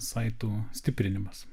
saitų stiprinimas